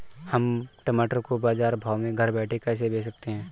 हम टमाटर को बाजार भाव में घर बैठे कैसे बेच सकते हैं?